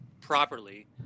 properly